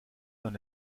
dans